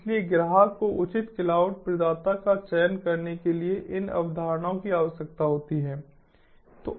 इसलिए ग्राहक को उचित क्लाउड प्रदाता का चयन करने के लिए इन अवधारणाओं की आवश्यकता होती है